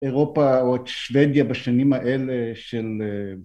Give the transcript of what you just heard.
אירופה או את שוודיה בשנים האלה של...